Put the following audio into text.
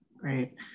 Great